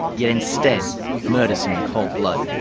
yet instead murders him in cold blood.